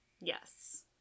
yes